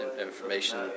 information